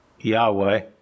Yahweh